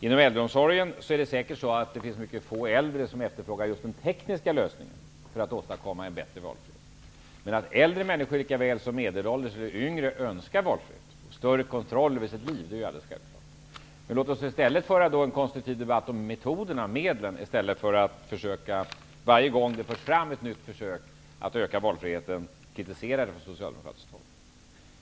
Inom äldreomsorgen finns det säkert mycket få äldre som efterfrågar just den tekniska lösningen för att åstadkomma en bättre valfrihet. Men att äldre människor lika väl som medelålders eller yngre önskar valfrihet och större kontroll över sitt liv är alldeles uppenbart. Låt oss då föra en konstruktiv debatt om metoderna och medlen i stället för att man varje gång det görs ett nytt försök att öka valfriheten kritiserar detta från socialdemokratiskt håll.